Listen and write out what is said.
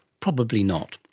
probably not.